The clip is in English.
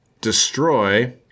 destroy